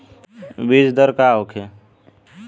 बीजदर का होखे?